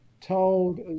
told